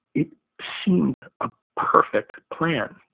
it seemed a perfect plan.